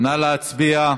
נא להצביע.